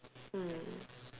mm